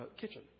kitchen